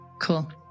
Cool